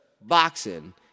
boxing